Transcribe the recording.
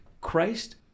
Christ